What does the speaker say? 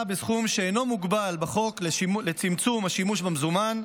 בסכום שאינו מוגבל בחוק לצמצום השימוש במזומן,